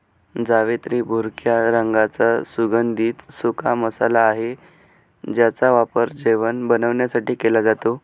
जावेत्री भुरक्या रंगाचा सुगंधित सुका मसाला आहे ज्याचा वापर जेवण बनवण्यासाठी केला जातो